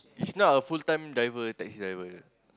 he's now a full time driver taxi driver